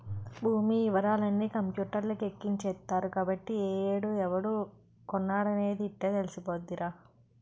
భూమి యివరాలన్నీ కంపూటర్లకి ఎక్కించేత్తరు కాబట్టి ఏ ఏడు ఎవడు కొన్నాడనేది యిట్టే తెలిసిపోద్దిరా